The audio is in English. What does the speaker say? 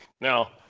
Now